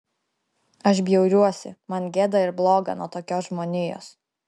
aš bjauriuosi man gėda ir bloga nuo tokios žmonijos